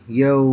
yo